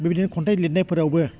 बेबायदिनो खन्थाइ लिरनायफोरावबो